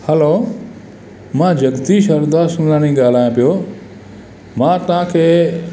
हलो मां जगदीश हरदासाणी ॻाल्हायां पियो मां तव्हांखे